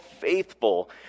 faithful